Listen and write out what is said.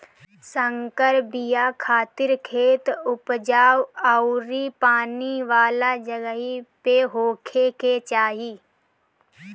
संकर बिया खातिर खेत उपजाऊ अउरी पानी वाला जगही पे होखे के चाही